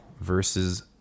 versus